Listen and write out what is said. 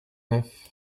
neuf